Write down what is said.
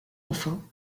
enfin